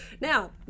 now